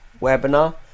webinar